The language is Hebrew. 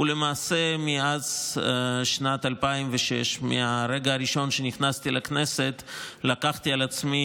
והוא למעשה מאז שנת 2006. מהרגע הראשון שנכנסתי לכנסת לקחתי על עצמי,